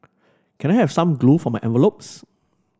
can I have some glue for my envelopes